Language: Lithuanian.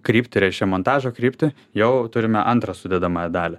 kryptį reiškia montažo kryptį jau turime antrą sudedamąją dalį